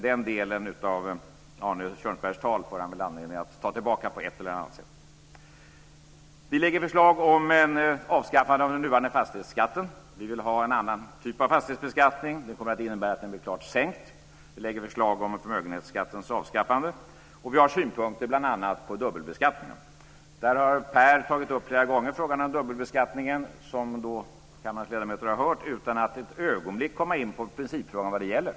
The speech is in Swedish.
Den delen av Arne Kjörnsbergs tal får han anledning att ta tillbaka på ett eller annat sätt. Vi lägger förslag om avskaffande av den nuvarande fastighetsskatten. Vi vill ha en annan typ av fastighetsbeskattning. Det kommer att innebära att den blir klart sänkt. Vi lägger förslag om förmögenhetsskattens avskaffande. Vi har synpunkter bl.a. på dubbelbeskattningen. Per Rosengren har flera gånger tagit upp frågan om dubbelbeskattningen, som kammarens ledamöter har hört, utan att ett ögonblick komma in på principfrågan om vad det gäller.